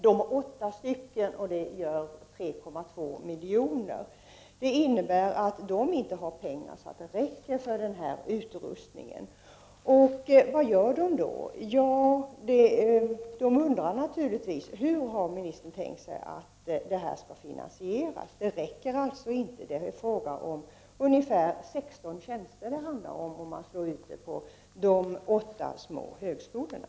Det gäller åtta högskolor, och det gör alltså 3,2 miljoner. Detta innebär att de inte har pengar som räcker till denna utrustning. Vad gör de då? De undrar naturligtvis hur ministern har tänkt sig att detta skall finansieras. Pengarna räcker alltså inte. Det handlar om ungefär 16 tjänster om man slår ut det på de åtta små högskolorna.